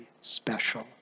special